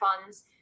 funds